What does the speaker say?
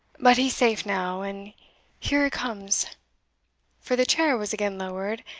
but he's safe now, and here a' comes for the chair was again lowered,